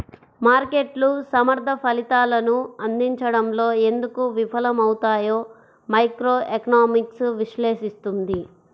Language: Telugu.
మార్కెట్లు సమర్థ ఫలితాలను అందించడంలో ఎందుకు విఫలమవుతాయో మైక్రోఎకనామిక్స్ విశ్లేషిస్తుంది